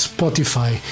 Spotify